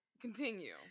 continue